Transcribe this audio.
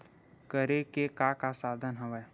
करे के का का साधन हवय?